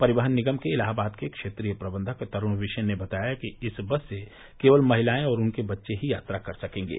परिवहन निगम के इलाहाबाद के क्षेत्रीय प्रबंधक तरूण विशेन ने बताया कि इस बस से केवल महिलायें और उनके बच्चे ही यात्रा कर सकेंगे